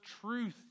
truth